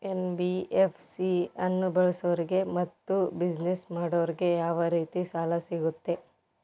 NBFC ಅನ್ನು ಬಳಸೋರಿಗೆ ಮತ್ತೆ ಬಿಸಿನೆಸ್ ಮಾಡೋರಿಗೆ ಯಾವ ರೇತಿ ಸಾಲ ಸಿಗುತ್ತೆ?